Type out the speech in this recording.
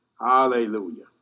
Hallelujah